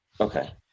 okay